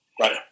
right